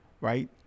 right